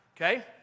okay